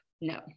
no